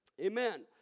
Amen